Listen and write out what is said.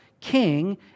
king